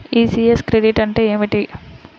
ECS credit అంటే ఏమిటి?